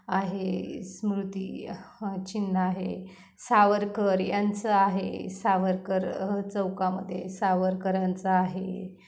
आहे स्मृती चिन्ह आहे सावरकर यांचं आहे सावरकर चौकामध्ये सावरकरांचं आहे